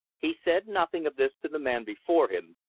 he said nothing of this to the man before him,